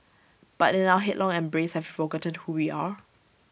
but in our headlong embrace have forgotten who we are